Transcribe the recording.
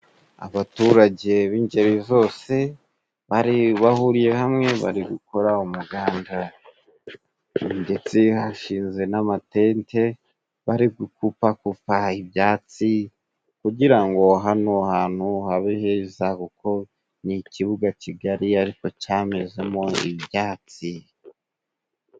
Abaturage b'ingeri zose bari bahuriye hamwe bari gukora umuganda ndetse hashize n'amatente bari gukupakupa ibyatsi kugira ngo hano hantu habe heza kuko n'ikibuga kigari ariko cyamezemo ibyatsi